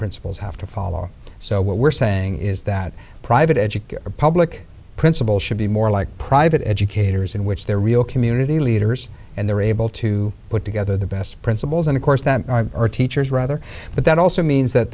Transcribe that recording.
principals have to follow so what we're saying is that private education public principal should be more like private educators in which there are real community leaders and they're able to put together the best principals and of course that are teachers rather but that also means that